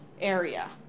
area